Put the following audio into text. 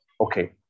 okay